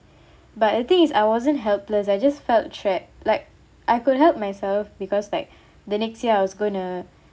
but the thing is I wasn't helpless I just felt trapped like I could help myself because like the next year I was gonna